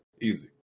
Easy